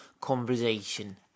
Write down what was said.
conversation